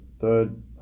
third